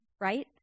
Right